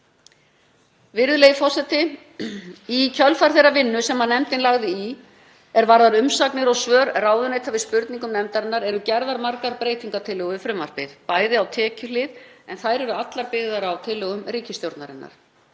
Virðulegi forseti. Í kjölfar þeirrar vinnu sem nefndin lagði í er varðar umsagnir og svör ráðuneyta við spurningum nefndarinnar eru gerðar margar breytingartillögur við frumvarpið. Breytingar á tekjuhlið eru allar byggðar á tillögum ríkisstjórnarinnar.